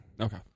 Okay